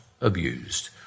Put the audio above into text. abused